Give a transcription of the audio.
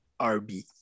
RB